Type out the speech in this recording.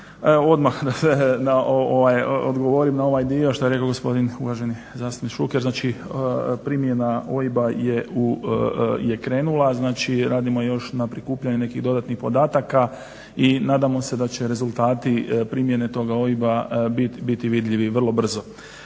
da odgovorim na ovaj dio što je rekao gospodin uvaženi zastupnik Šuker. Znači, primjena OIB-a je krenula. Znači, radimo još na prikupljanju nekih dodatnih podataka i nadamo se da će rezultati primjene toga OIB-a biti vidljivi vrlo brzo.